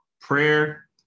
prayer